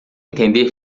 entender